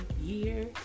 year